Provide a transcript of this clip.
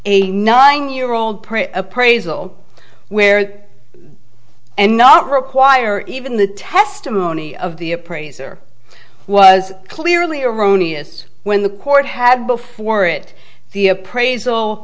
a nine year old print appraisal where and not require even the testimony of the appraiser was clearly erroneous when the court had before it the appraisal